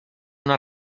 una